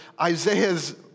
Isaiah's